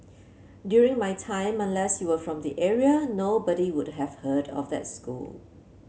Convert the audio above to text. during my time unless you were from the area nobody would have heard of that school